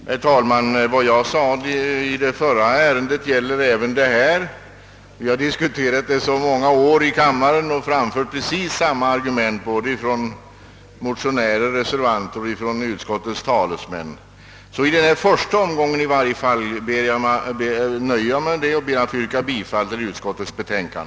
Herr talman! Vad jag sade om föregående ärende gäller även det som nu behandlas. Vi har diskuterat dessa ämnen under en mängd år i kammaren och framfört precis samma argument — både motionärer, reservanter och utskottets talesmän. I varje fall i en första omgång nöjer jag mig därför med att yrka bifall till utskottets hemställan.